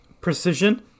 precision